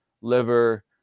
liver